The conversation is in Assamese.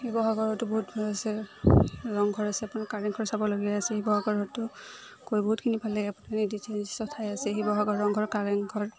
শিৱসাগৰৰতো বহুতবোৰ আছে ৰংঘৰ আছে আপোনাৰ কাৰেংঘৰ চাবলগীয়া আছে শিৱসাগৰতো গৈ বহুতখিনি ভাল লাগে আপোনাৰ নিদিষ্ট ঠাই আছে শিৱসাগৰত ৰংঘৰ কাৰেংঘৰ